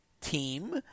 team